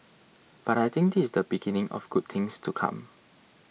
but I think this is the beginning of good things to come